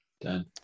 done